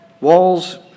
Walls